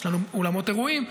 יש לנו אולמות אירועים.